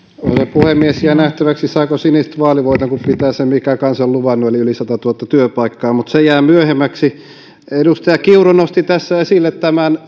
puhemies jää nähtäväksi saavatko siniset vaalivoiton kun pitävät sen minkä kansalle ovat luvanneet eli satatuhatta työpaikkaa mutta se jää myöhemmäksi edustaja kiuru nosti tässä esille tämän